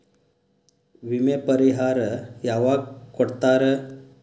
ವಿಮೆ ಪರಿಹಾರ ಯಾವಾಗ್ ಕೊಡ್ತಾರ?